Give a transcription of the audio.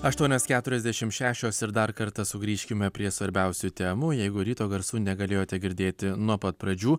aštuonios keturiasdešim šešios ir dar kartą sugrįžkime prie svarbiausių temų jeigu ryto garsų negalėjote girdėti nuo pat pradžių